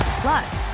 Plus